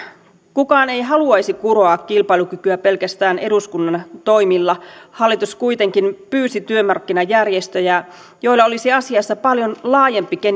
kukaan ei haluaisi kuroa kilpailukykyä pelkästään eduskunnan toimilla hallitus kuitenkin pyysi työmarkkinajärjestöjä joilla olisi asiassa paljon laajempi